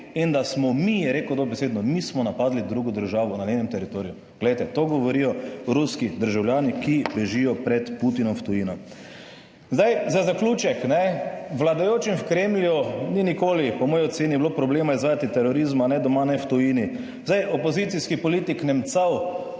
in da smo mi, je rekel dobesedno, mi smo napadli drugo državo na njenem teritoriju. Glejte, to govorijo ruski državljani, ki bežijo pred Putinom v tujino. Zdaj za zaključek, ne, vladajočim v Kremlju ni nikoli, po moji oceni bilo problema izvajati terorizma ne doma ne v tujini. Zdaj opozicijski politik Nemcov